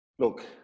Look